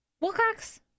Wilcox